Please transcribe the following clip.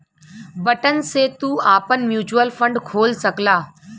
button से तू आपन म्युचुअल फ़ंड खोल सकला